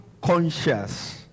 conscious